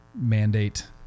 mandate